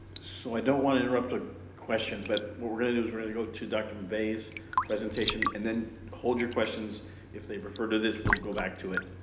so, i don't want to interrupt a question. but, what we're going to do is we're going to go to dr. mbaeyi's presentation and then hold your questions if they refer to this we'll go back to it.